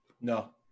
No